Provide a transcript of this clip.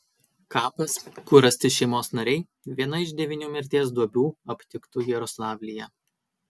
kapas kur rasti šeimos nariai viena iš devynių mirties duobių aptiktų jaroslavlyje